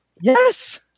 Yes